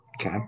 Okay